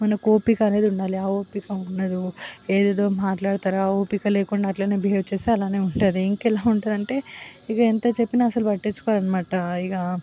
మనకు ఆ ఓపిక అనేది ఉండాలి ఆ ఓపిక ఉండదు ఏదేదో మాట్లాడతారా ఆ ఓపిక లేకుండా అట్లనే బిహేవ్ చేస్తే అలానే ఉంటుంది ఇంకెలా ఉంటుంది అంటే ఇక ఎంత చెప్పినా అసలు పట్టించుకోరు అన్నమాట ఇక